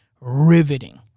riveting